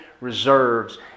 reserves